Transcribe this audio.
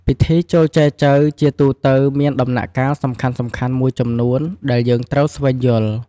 ពិធីចូលចែចូវជាទូទៅមានដំណាក់កាលសំខាន់ៗមួយចំនួន ដែលយើងត្រូវស្វែងយល់។